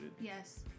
Yes